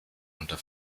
unter